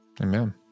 Amen